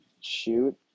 shoot